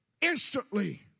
instantly